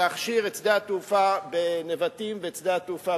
ולהכשיר את שדה התעופה בנבטים ואת שדה התעופה